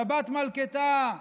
שבת מלכתא,